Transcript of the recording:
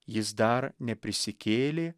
jis dar neprisikėlė